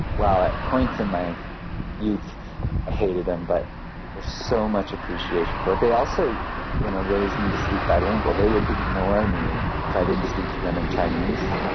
while at points in my use i hated them but there's so much appreciation for it. they also you know raised me to speak bilingually. they would ignore me if i didn't speak to them in chinese.